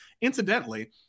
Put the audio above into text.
Incidentally